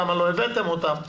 למה לא הבאתם אותן,